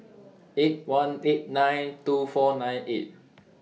eight one eight nine two four nine eight